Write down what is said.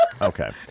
Okay